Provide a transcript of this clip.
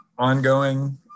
ongoing